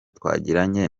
twagiranye